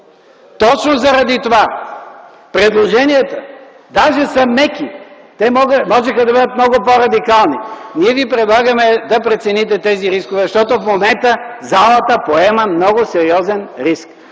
Точно заради това предложенията даже са меки. Те можеха да бъдат много по-радикални. Ние ви предлагаме да прецените тези рискове, защото в момента залата поема много сериозен риск.